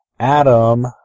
Adam